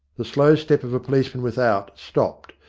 the slow step of a policeman without stopped,